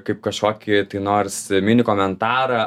kaip kažkokį tai nors mini komentarą